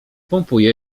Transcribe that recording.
pompuje